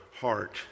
heart